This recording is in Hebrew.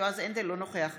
אינו נוכח ניצן הורוביץ,